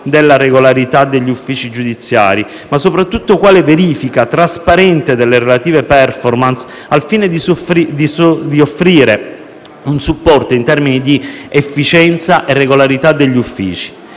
della regolarità degli uffici giudiziari, ma soprattutto quale verifica trasparente delle relative *performance,* al fine di offrire un supporto in termini di efficienza e regolarità degli uffici.